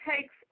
takes